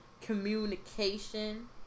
communication